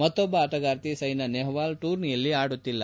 ಮತ್ತೊಬ್ಬ ಆಟಗಾರ್ತಿ ಸೈನಾ ನೆಹ್ವಾಲ್ ಈ ಟೂರ್ನಿಯಲ್ಲಿ ಆಡುತ್ತಿಲ್ಲ